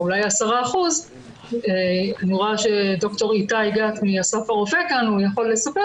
אולי 10% - ואני רואה שד"ר איתי גת מאסף הרופא כאן והוא יכול לספר